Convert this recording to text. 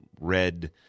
red